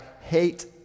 hate